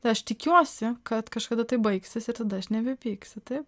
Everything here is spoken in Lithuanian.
tai aš tikiuosi kad kažkada tai baigsis ir tada aš nebepyksiu taip